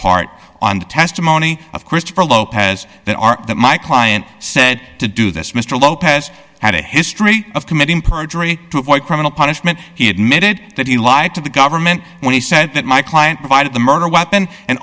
part on the testimony of christopher lopez that are that my client said to do this mr lopez had a history committing perjury to avoid criminal punishment he admitted that he lied to the government when he said that my client provided the murder weapon and